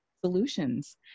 solutions